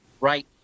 right